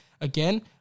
again